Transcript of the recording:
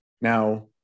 Now